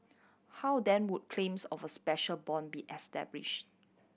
how then would claims of a special bond be establish